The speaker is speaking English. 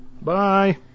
bye